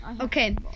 Okay